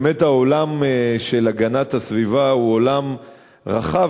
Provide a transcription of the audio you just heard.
באמת העולם של הגנת הסביבה הוא עולם רחב,